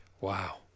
Wow